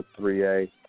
3A